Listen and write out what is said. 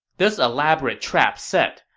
this elaborate trap set,